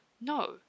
no